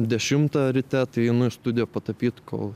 dešimtą ryte tai einu į studiją patapyt kol